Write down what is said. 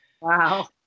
Wow